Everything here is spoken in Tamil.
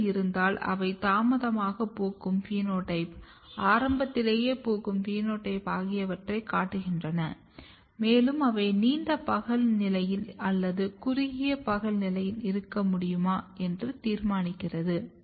பிறழ்வு இருந்தால் அவை தாமதமாக பூக்கும் பினோடைப் ஆரம்பத்திலேயே பூக்கும் பினோடைப் ஆகியவற்றைக் காட்டுகின்றன மேலும் அவை நீண்ட பகல் நிலையில் அல்லது குறுகிய பகல் நிலையில் இருக்க முடியுமா என்று தீர்மானிக்கிறது